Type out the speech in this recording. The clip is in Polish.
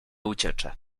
uciecze